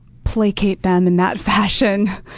placate them in that fashion.